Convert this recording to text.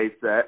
set